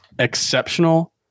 Exceptional